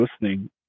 listening